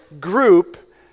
group